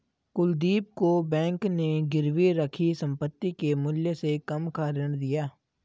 कुलदीप को बैंक ने गिरवी रखी संपत्ति के मूल्य से कम का ऋण दिया